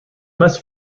must